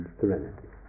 serenity